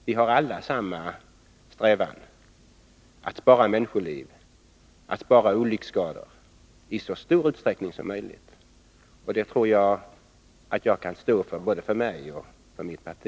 Vi har alla samma strävan: att spara människoliv och att minska antalet skadade i så stor utsträckning som möjligt — det tror jag att jag kan stå för när det gäller både mig själv och mitt parti.